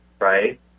right